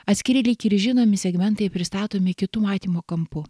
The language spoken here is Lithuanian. atskiri lyg ir žinomi segmentai pristatomi kitu matymo kampu